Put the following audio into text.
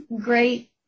great